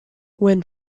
when